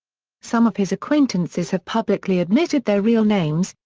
some of his acquaintances have publicly admitted their real names,